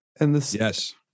Yes